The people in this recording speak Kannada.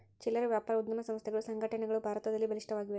ಚಿಲ್ಲರೆ ವ್ಯಾಪಾರ ಉದ್ಯಮ ಸಂಸ್ಥೆಗಳು ಸಂಘಟನೆಗಳು ಭಾರತದಲ್ಲಿ ಬಲಿಷ್ಠವಾಗಿವೆ